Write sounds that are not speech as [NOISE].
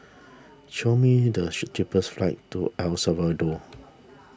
[NOISE] show me the cheapest flights to El Salvador